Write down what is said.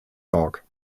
york